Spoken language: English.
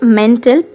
mental